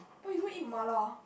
but you don't eat mala